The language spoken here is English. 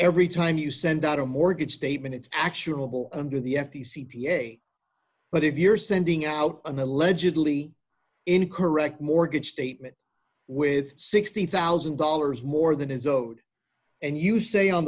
every time you send out a mortgage statement it's actual under the f t c p a but if you're sending out an allegedly in correct mortgage statement with sixty thousand dollars more than is owed and you say on